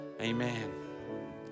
Amen